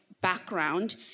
background